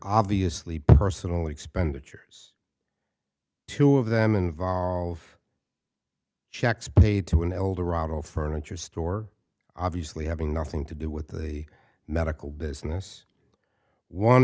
obviously personal expenditures two of them involve checks paid to in eldorado furniture store obviously having nothing to do with the medical business